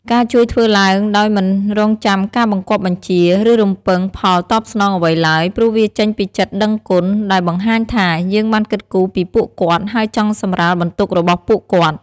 ការជួយធ្វើឡើងដោយមិនរង់ចាំការបង្គាប់បញ្ជា ឬរំពឹងផលតបស្នងអ្វីឡើយ ព្រោះវាចេញពីចិត្តដឹងគុណ ដែលបង្ហាញថា យើងបានគិតគូរពីពួកគាត់ ហើយចង់សម្រាលបន្ទុករបស់ពួកគាត់។